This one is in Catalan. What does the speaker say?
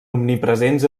omnipresents